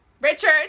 richard